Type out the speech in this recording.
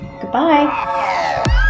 goodbye